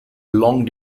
long